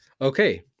okay